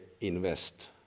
invest